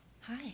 Hi